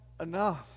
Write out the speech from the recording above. enough